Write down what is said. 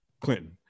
Clinton